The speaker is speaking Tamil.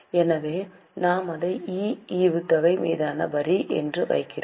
எனவே நாம் அதை ஈ ஈவுத்தொகை மீதான வரி என்று வைக்கிறோம்